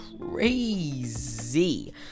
crazy